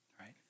right